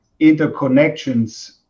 interconnections